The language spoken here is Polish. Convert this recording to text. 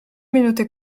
minuty